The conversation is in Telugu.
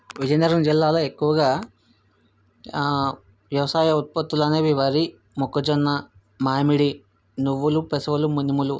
విజయనగరం జిల్లాలో ఎక్కువగా వ్యవసాయ ఉత్పత్తులనేవి వరి మొక్కజొన్న మామిడి నువ్వులు పెసలు మునుములు